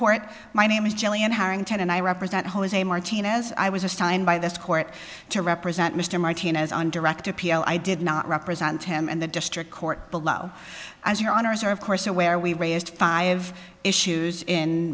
court my name is julian harrington and i represent jose martinez i was assigned by this court to represent mr martinez on direct appeal i did not represent him and the district court below as your owners are of course aware we raised five issues in